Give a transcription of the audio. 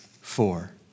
four